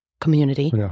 community